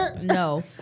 no